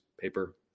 paper